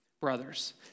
brothers